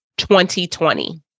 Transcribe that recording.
2020